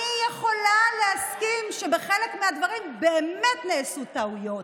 אני יכולה להסכים שבחלק מהדברים באמת נעשו טעויות,